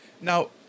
Now